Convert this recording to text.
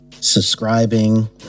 subscribing